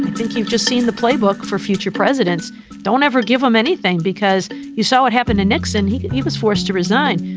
think you've just seen the playbook for future presidents don't ever give him anything because you saw what happened to nixon. he he was forced to resign.